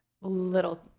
Little